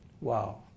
Wow